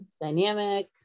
dynamic